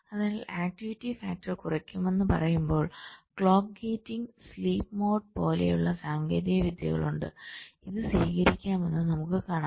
അതിനാൽആക്ടിവിറ്റി factor കുറയ്ക്കണമെന്ന് പറയുമ്പോൾ clock gating sleep mode പോലുള്ള സാങ്കേതിക വിദ്യകളുണ്ട് ഇത് സ്വീകരിക്കാമെന്ന് നമുക്ക് കാണാം